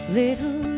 little